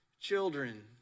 children